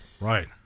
right